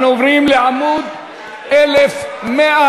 אנחנו עוברים לעמוד 1120,